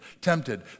tempted